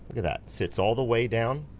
yeah that, sits all the way down.